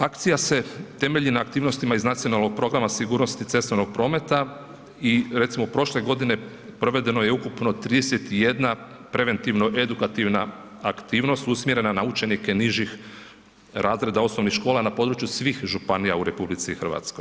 Akcija se temelji na aktivnostima iz nacionalnog programa sigurnosti cestovnog prometa i recimo, prošle godine provedeno je ukupno 31 preventivno-edukativna aktivnost usmjerena na učenike nižih razreda osnovnih škola na području svih županija u RH.